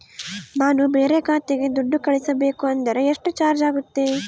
ನಾನು ಬೇರೆ ಖಾತೆಗೆ ದುಡ್ಡು ಕಳಿಸಬೇಕು ಅಂದ್ರ ಎಷ್ಟು ಚಾರ್ಜ್ ಆಗುತ್ತೆ?